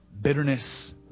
bitterness